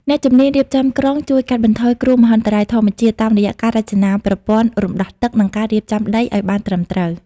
អ្នកជំនាញរៀបចំក្រុងជួយកាត់បន្ថយគ្រោះមហន្តរាយធម្មជាតិ តាមរយៈការរចនាប្រព័ន្ធរំដោះទឹក និងការរៀបចំដីឱ្យបានត្រឹមត្រូវ។